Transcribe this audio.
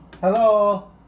Hello